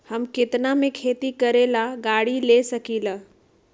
हम केतना में खेती करेला गाड़ी ले सकींले?